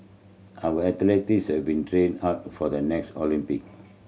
our athletes have been training hard for the next Olympic